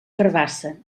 carabassa